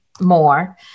more